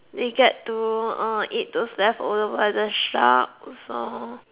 they get to uh eat those leftover by the sharks so